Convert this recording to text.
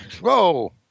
Whoa